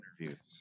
interviews